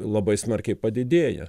labai smarkiai padidėja